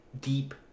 deep